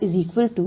r yy